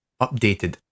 updated